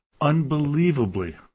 Unbelievably